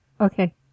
Okay